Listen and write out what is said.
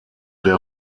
der